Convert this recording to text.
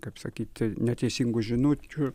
kaip sakyti neteisingų žinučių